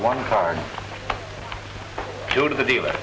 one card go to the dealer